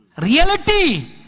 reality